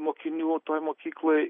mokinių toj mokykloj